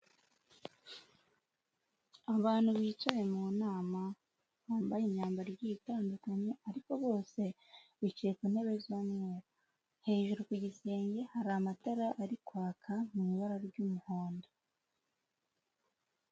Abantu bicaye mu nama bambaye imyambaro igiye itandukanye, ariko bose bicaye ku ntebe z'umweru. Hejuru ku gisenge hari amatara ari kwaka mu ibara ry'umuhondo.